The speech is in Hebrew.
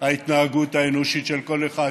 ההתנהגות האנושית של כל אחד,